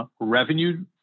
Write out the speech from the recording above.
revenue